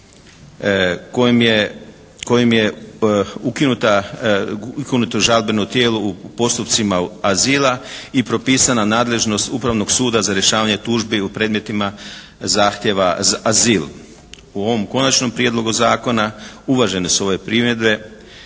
kojim je ukinuto žalbeno tijelo u postupcima azila i propisana nadležnost Upravnog suda za rješavanje tužbi u predmetima zahtjeva za azil. U ovom konačnom prijedlogu zakona uvažene su ove primjedbe